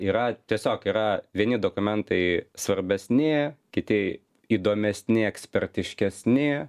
yra tiesiog yra vieni dokumentai svarbesni kiti įdomesni ekspertiškesni